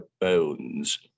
bones